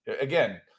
Again